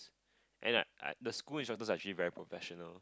and like I the school instructors are actually very professional